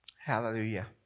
Hallelujah